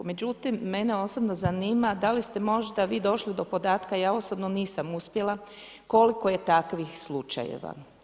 Međutim, mene osobno zanima da li ste možda vi došli do podatka, ja osobno nisam uspjela, koliko je takvih slučajeva.